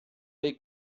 dei